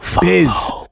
Biz